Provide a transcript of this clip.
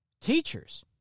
teachers